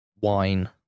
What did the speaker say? wine